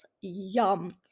Yum